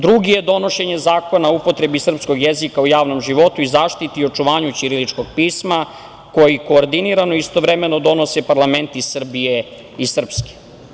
Drugi je donošenje Zakona o upotrebi srpskoj jezika u javnom životu i zaštiti i očuvanju ćiriličnog pisma koji koordinirano istovremeno donose parlamenti Srbije i Srpske.